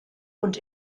und